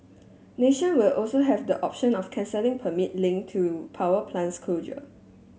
nation will also have the option of cancelling permit link to power plant closure